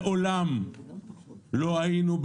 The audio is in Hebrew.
מעולם לא היינו,